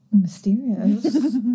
Mysterious